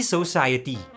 Society